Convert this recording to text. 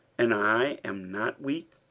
and i am not weak?